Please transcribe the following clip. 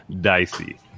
dicey